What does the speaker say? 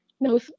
no